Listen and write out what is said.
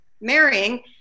marrying